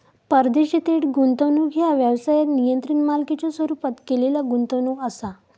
परदेशी थेट गुंतवणूक ह्या व्यवसायात नियंत्रित मालकीच्यो स्वरूपात केलेला गुंतवणूक असा